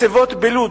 מצבות בלוד,